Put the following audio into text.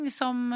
som